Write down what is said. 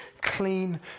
clean